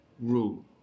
rule